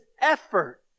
effort